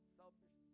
selfish